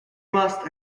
must